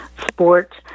sport